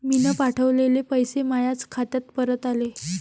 मीन पावठवलेले पैसे मायाच खात्यात परत आले